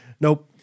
nope